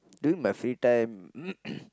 during my free time